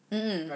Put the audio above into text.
mmhmm